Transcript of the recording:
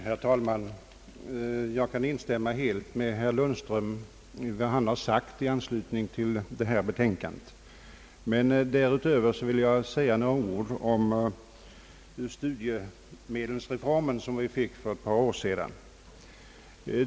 Herr talman! Jag kan instämma helt i vad herr Lundström har sagt i anslutning till detta betänkande. Därutöver skulle jag vilja säga några ord om den studiemedelsreform som vi fick för ett par år sedan.